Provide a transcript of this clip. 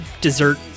dessert